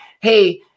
hey